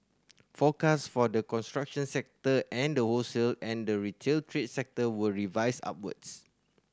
forecast for the construction sector and the wholesale and the retail trade sector were revised upwards